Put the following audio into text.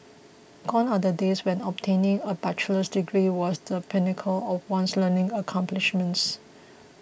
gone are the days when obtaining a bachelor's degree was the pinnacle of one's learning accomplishments